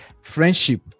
friendship